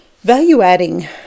Value-adding